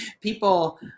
People